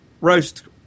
roast